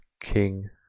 king